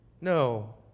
No